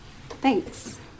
Thanks